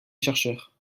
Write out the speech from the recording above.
chercheurs